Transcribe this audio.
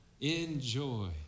Enjoy